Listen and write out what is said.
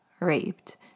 raped